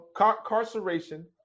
incarceration